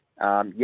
Yes